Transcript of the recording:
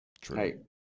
True